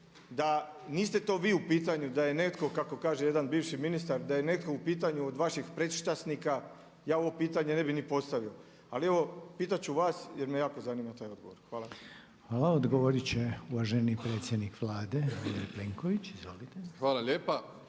Da niste to vi u pitanju da je neko kako kaže jedan bivši ministar, da je netko u pitanju od vaših predstavnika ja ovo pitanje ne bih ni postavio, ali evo pitat ću vas jer me jako zanima taj odgovor? Hvala. **Reiner, Željko (HDZ)** Hvala. Odgovorit će uvaženi predsjednik Vlade gospodin Plenković. Izvolite.